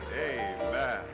Amen